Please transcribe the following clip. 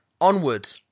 onward